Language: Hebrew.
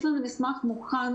יש לנו מסמך מוכן